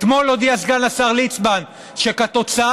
אתמול הודיע סגן השר ליצמן שכתוצאה